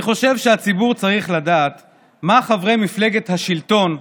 אני חושב שהציבור צריך לדעת מה חברי מפלגת השלטון,